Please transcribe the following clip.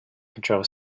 control